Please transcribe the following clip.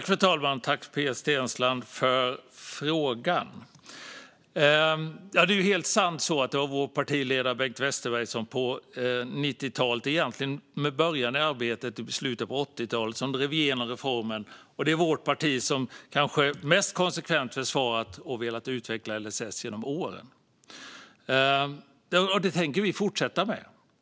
Fru talman! Jag tackar Pia Steensland för frågan. Det är helt sant att det var vår partiledare Bengt Westerberg som på 90talet - egentligen började arbetet i slutet av 80-talet - drev igenom reformen. Det är också vårt parti som kanske mest konsekvent försvarat och velat utveckla LSS genom åren, och det tänker vi fortsätta med.